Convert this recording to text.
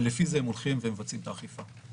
ולפי זה הם הולכים ומבצעים את האכיפה.